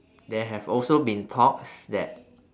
there have also been talks that